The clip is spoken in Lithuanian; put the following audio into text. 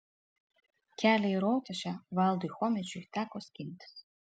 kelią į rotušę valdui chomičiui teko skintis